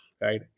right